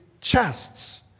chests